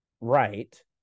right